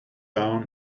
down